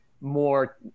more